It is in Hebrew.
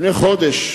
לפני חודש,